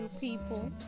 people